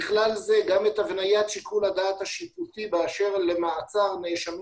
בכלל זה גם את הבניית שיקול הדעת השיפוטי באשר למעצר נאשמים